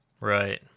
Right